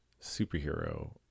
superhero